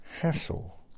hassle